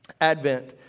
Advent